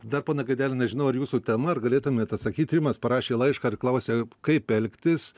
dar pone gaideli nežinau ar jūsų tema ar galėtumėt atsakyt rimas parašė laišką ir klausia kaip elgtis